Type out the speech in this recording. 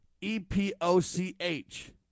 E-P-O-C-H